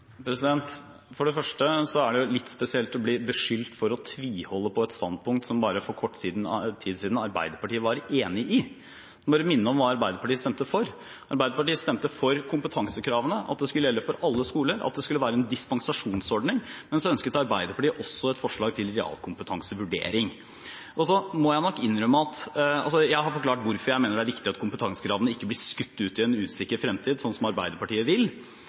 For det første er det litt spesielt å bli beskyldt for å tviholde på et standpunkt som Arbeiderpartiet for bare kort tid siden var enig i. Jeg må bare minne om hva Arbeiderpartiet stemte for. Arbeiderpartiet stemte for at kompetansekravene skulle gjelde for alle skoler, at det skulle være en dispensasjonsordning, men så ønsket Arbeiderpartiet også et forslag til realkompetansevurdering. Jeg har forklart hvorfor jeg mener det er viktig at kompetansekravene ikke blir skutt ut i en usikker fremtid – slik Arbeiderpartiet vil